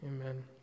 Amen